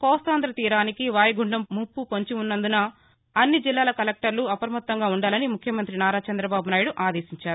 కోస్తాంధ్ర తీరానికి వాయుగుండం ముప్పు పొంచి ఉన్నందున అన్ని జిల్లాల కలెక్టర్లు అప్రమత్తంగా ఉండాలని ముఖ్యమంతి నారా చంద్రబాబు నాయుడు ఆదేశించారు